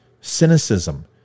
cynicism